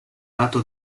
lato